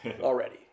already